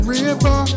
river